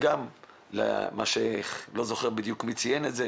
וגם כפי שאחד הדוברים ציין כאן,